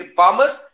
farmers